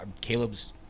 caleb's